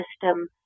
system